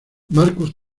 marcus